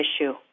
issue